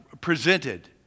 presented